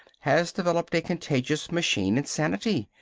has developed a contagious machine insanity.